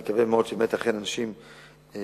נקווה מאוד שבאמת אכן אנשים ישמעו,